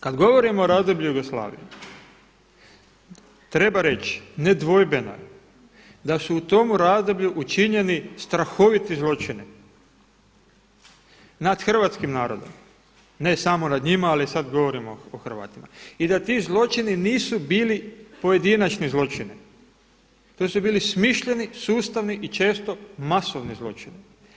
Kada govorimo o razdoblju Jugoslavije treba reći nedvojbeno je da su u tom razdoblju učinjeni strahoviti zločini nad hrvatskim narodom, ne samo nad njima, ali sada govorim o Hrvatima i da ti zločini nisu bili pojedinačni zločini, to su bili smišljeni, sustavni i često masovni zločini.